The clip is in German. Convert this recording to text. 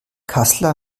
kassler